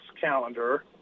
calendar